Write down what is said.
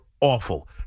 awful